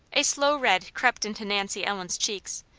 a slow red crept into nancy ellen's cheeks.